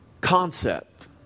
concept